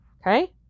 Okay